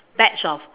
batch of